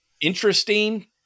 interesting